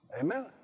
Amen